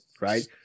right